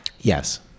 yes